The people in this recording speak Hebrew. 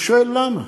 אני שואל למה.